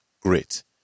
grit